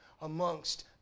amongst